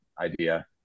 idea